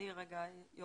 אני אומר ומשה,